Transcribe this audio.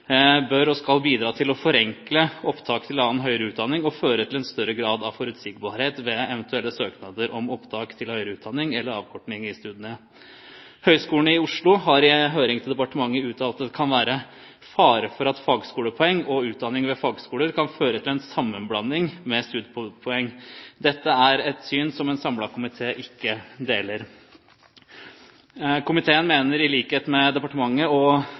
bør og skal bidra til å forenkle opptak til annen høyere utdanning og føre til en større grad av forutsigbarhet ved eventuelle søknader om opptak til høyere utdanning eller avkorting i studiene. Høgskolen i Oslo har i høring til departementet uttalt at det kan være en fare for at fagskolepoeng og utdanning ved fagskoler kan føre til en sammenblanding med studiepoeng. Dette er et syn som en samlet komité ikke deler. Komiteen mener i likhet med departementet og